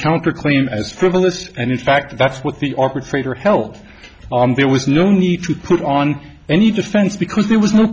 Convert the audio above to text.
counterclaim as frivolous and in fact that's what the operator held on there was no need to put on any defense because there was no